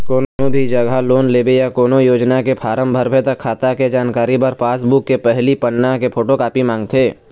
कोनो भी जघा लोन लेबे या कोनो योजना के फारम भरबे त खाता के जानकारी बर पासबूक के पहिली पन्ना के फोटोकापी मांगथे